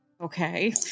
okay